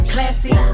Classy